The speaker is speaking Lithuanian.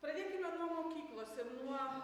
pradėkime nuo mokyklose nuo